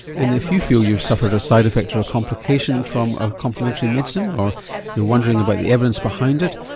and if you feel that you've suffered a side effect or a complication from a complementary medicine or you're wondering about the evidence behind it,